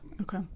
okay